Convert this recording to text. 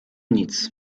nic